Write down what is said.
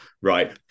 right